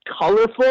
colorful